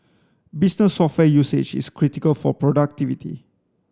business software usage is critical for productivity